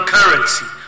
Currency